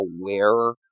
aware